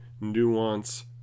nuance